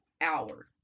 hour